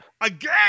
again